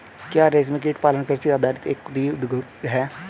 क्या रेशमकीट पालन कृषि आधारित एक कुटीर उद्योग है?